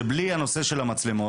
שבלי הנושא של המצלמות,